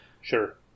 Sure